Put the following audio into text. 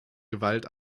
gewalt